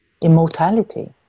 immortality